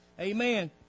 Amen